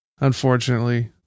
Unfortunately